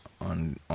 on